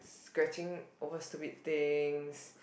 scratching over stupid things